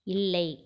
இல்லை